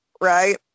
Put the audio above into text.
right